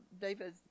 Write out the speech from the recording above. David